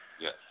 Yes